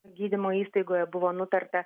gydymo įstaigoje buvo nutarta